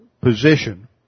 position